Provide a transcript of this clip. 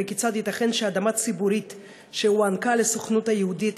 וכיצד ייתכן שאדמה ציבורית שהוענקה לסוכנות היהודית